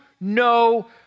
no